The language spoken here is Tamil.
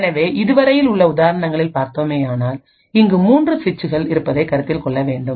எனவே இதுவரையில் உள்ள உதாரணங்களில் பார்த்தோமேயானால் இங்கு 3 சுவிட்சுகள் இருப்பதைக் கருத்தில் கொள்ள வேண்டும்